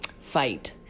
fight